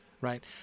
Right